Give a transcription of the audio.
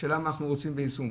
השאלה מה אנחנו רוצים ליישם.